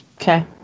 Okay